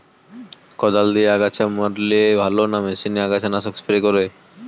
কদাল দিয়ে আগাছা মারলে ভালো না মেশিনে আগাছা নাশক স্প্রে করে?